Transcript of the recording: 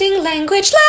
Language